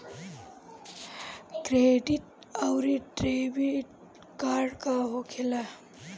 Credit आउरी debit card का होखेला?